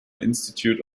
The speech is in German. institute